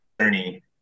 journey